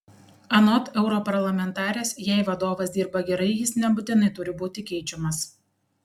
anot europarlamentarės jei vadovas dirba gerai jis nebūtinai turi būti keičiamas